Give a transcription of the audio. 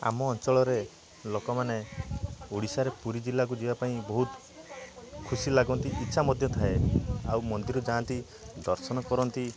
ଆମ ଅଞ୍ଚଳରେ ଲୋକମାନେ ଓଡ଼ିଶାରେ ପୁରୀ ଜିଲ୍ଲାକୁ ଯିବା ପାଇଁ ବହୁତ ଖୁସି ଲାଗନ୍ତି ଇଛା ମଧ୍ୟ ଥାଏ ଆଉ ମନ୍ଦିର ଯାଆନ୍ତି ଦର୍ଶନ କରନ୍ତି